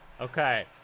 Okay